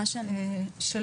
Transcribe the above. לרלב"ד.